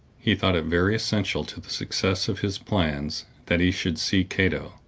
he thought it very essential to the success of his plans that he should see cato,